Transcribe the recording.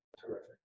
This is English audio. terrific